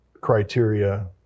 criteria